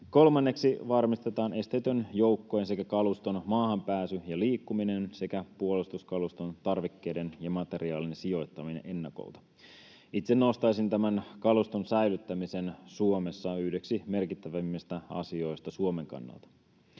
Kolmanneksi, varmistetaan esteetön joukkojen sekä kaluston maahanpääsy ja liikkuminen sekä puolustuskaluston tarvikkeiden ja materiaalinen sijoittaminen ennakolta. Itse nostaisin tämän kaluston säilyttämisen Suomessa yhdeksi merkittävimmistä asioista Suomen kannalta.